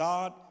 God